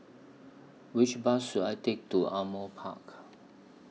Which Bus should I Take to Ardmore Park